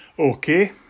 Okay